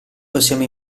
possiamo